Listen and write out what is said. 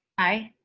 aye.